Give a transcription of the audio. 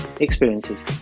experiences